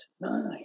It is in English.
nine